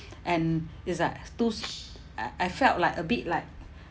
and it's like too s~ I I felt like a bit like